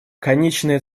конечная